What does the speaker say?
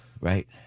right